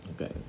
Okay